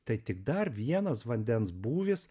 tai tik dar vienas vandens būvis